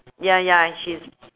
ya ya she's